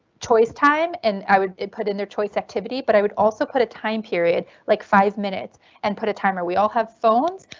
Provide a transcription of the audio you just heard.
choice time and i would put in their choice activity but i would also put a time period like five minutes and put a timer. we all have phones.